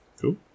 Cool